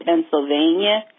Pennsylvania